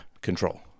control